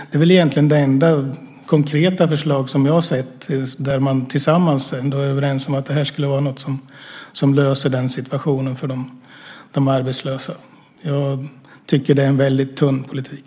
Det är väl egentligen det enda konkreta förslag som man är överens om skulle lösa situationen för de arbetslösa. Jag tycker att det är en mycket tunn politik.